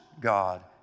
God